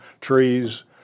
trees